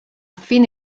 fine